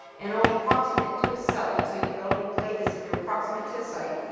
and only proximate to a site so you could only play this if you were proximate to a site.